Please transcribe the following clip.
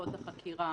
לתקופות החקירה,